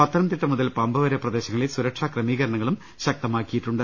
പത്തനംതിട്ട മുതൽ പമ്പ വരെ പ്രദേശങ്ങളിൽ സുരക്ഷാ ക്രമീകരണങ്ങളും ശക്തമാക്കിയിട്ടുണ്ട്